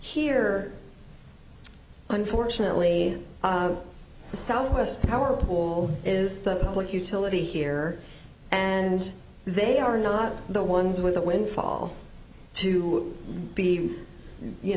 here unfortunately the southwest power pool is the public utility here and they are not the ones with a windfall to be you